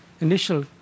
initial